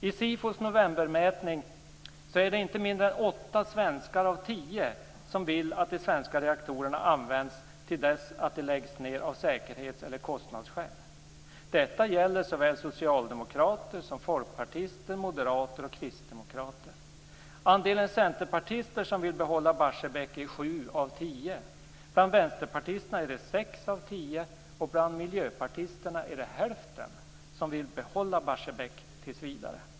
I SIFO:s novembermätning är det inte mindre än åtta svenskar av tio som vill att de svenska reaktorerna används till dess att de läggs ned av säkerhets eller kostnadsskäl. Detta gäller såväl socialdemokrater som folkpartister, moderater och kristdemokrater. Andelen centerpartister som vill behålla Barsebäck är sju av tio, bland vänsterpartisterna är det sex av tio och bland miljöpartisterna är det hälften som vill behålla Barsebäck tills vidare.